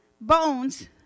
bones